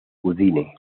udine